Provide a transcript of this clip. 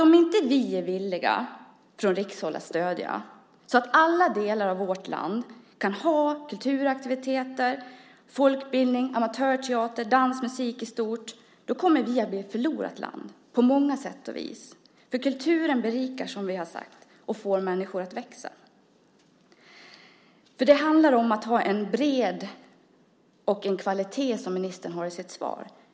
Om inte vi från rikshåll är villiga att stödja så att alla delar av vårt land kan ha kulturaktiviteter, folkbildning, amatörteater, dans och musik i stort kommer vi att bli ett förlorat land på många sätt och vis. För kulturen berikar, som vi har sagt, och får människor att växa. Det handlar om att ha en bredd och en kvalitet, som ministern har med i sitt svar.